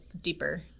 deeper